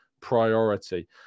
priority